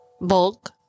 Bulk